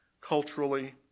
culturally